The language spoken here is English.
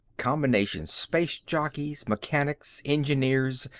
combination space-jockeys, mechanics, engineers,